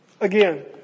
again